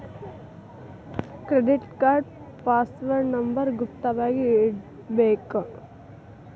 credit card password number ಗುಪ್ತ ವಾಗಿ ಇಟ್ಟಿರ್ಬೇಕ